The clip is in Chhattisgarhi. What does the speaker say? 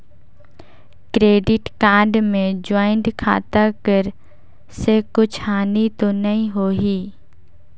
क्रेडिट कारड मे ज्वाइंट खाता कर से कुछ हानि तो नइ होही?